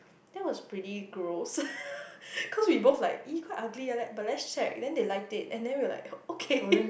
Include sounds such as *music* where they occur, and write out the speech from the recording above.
that was pretty gross *noise* cause we both like !ee! quite ugly ah like but let's check then they like it and then we were like okay